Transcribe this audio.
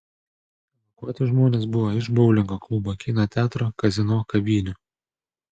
evakuoti žmonės buvo iš boulingo klubo kino teatro kazino kavinių